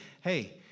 Hey